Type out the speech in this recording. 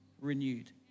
renewed